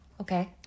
Okay